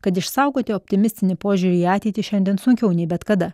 kad išsaugoti optimistinį požiūrį į ateitį šiandien sunkiau nei bet kada